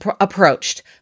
approached